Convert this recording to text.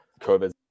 COVID